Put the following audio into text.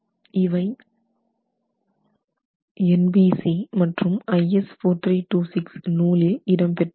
இவை NBC மற்றும் IS 4326 நூலில் இடம்பெற்றுள்ளது